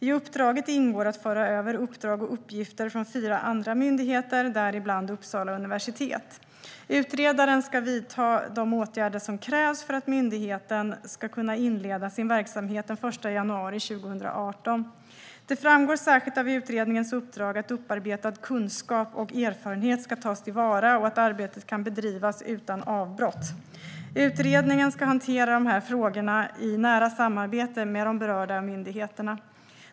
I uppdraget ingår att föra över uppdrag och uppgifter från fyra andra myndigheter, däribland Uppsala universitet. Utredaren ska vidta de åtgärder som krävs för att myndigheten ska kunna inleda sin verksamhet den 1 januari 2018. Det framgår särskilt av utredningens uppdrag att upparbetad kunskap och erfarenhet ska tas till vara och att arbetet ska kunna bedrivas utan avbrott. Utredningen ska hantera dessa frågor i nära samarbete med de berörda myndigheterna.